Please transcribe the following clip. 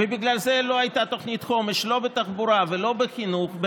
ובגלל זה לא הייתה תוכנית חומש לא בתחבורה ולא בחינוך,